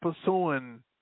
pursuing